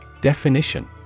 Definition